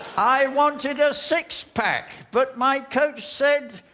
i wanted a six pack, but my coach said,